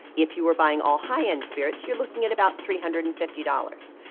if you were buying all high-end spirits, you're looking at about three hundred and fifty dollars.